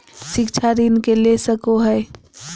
शिक्षा ऋण के ले सको है?